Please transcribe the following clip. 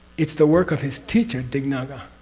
it's the work of his teacher, dignaga.